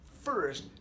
first